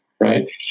right